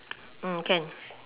mm can